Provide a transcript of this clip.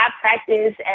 practice